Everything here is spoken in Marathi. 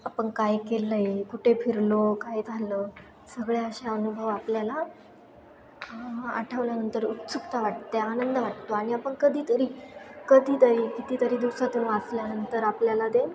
आपण काय केलं आहे कुठे फिरलो काय झालं सगळे असे अनुभव आपल्याला आठवल्यानंतर उत्सुकता वाटते आनंद वाटतो आणि आपण कधीतरी कधीतरी कितीतरी दिवसातून वाचल्यानंतर आपल्याला ते